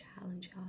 challenge